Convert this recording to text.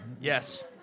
Yes